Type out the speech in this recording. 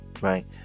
right